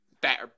better